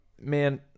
man